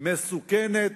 מסוכנת,